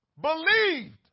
believed